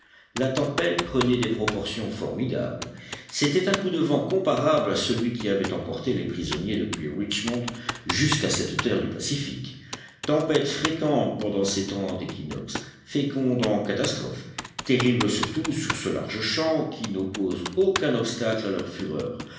la tempête prenait des proportions formidables c'était un coup de vent comparable à celui qui avait emporté les prisonniers depuis richmond jusqu'à cette terre du pacifique tempêtes fréquentes pendant ces temps d'équinoxe fécondes en catastrophes terribles surtout sur ce large champ qui n'oppose aucun obstacle à leur fureur